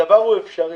הדבר הוא אפשרי.